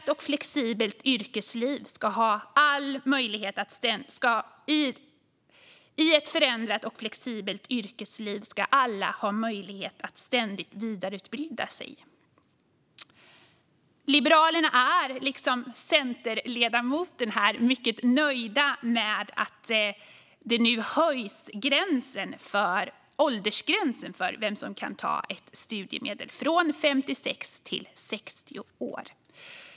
I ett förändrat och flexibelt yrkesliv ska alla ha möjlighet att ständigt vidareutbilda sig. Liberalerna är, liksom centerledamoten här, mycket nöjda med att åldersgränsen för vem som kan ta studiemedel nu höjs från 56 år till 60 år.